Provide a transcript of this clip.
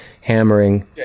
hammering